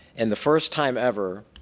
and the first time ever